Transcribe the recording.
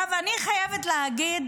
עכשיו, אני חייבת להגיד